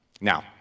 Now